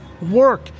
work